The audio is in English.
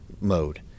mode